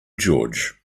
george